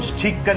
take